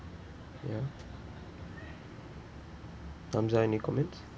ya hamzah any comments